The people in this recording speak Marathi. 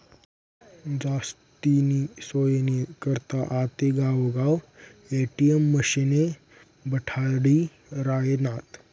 जास्तीनी सोयनी करता आते गावगाव ए.टी.एम मशिने बठाडी रायनात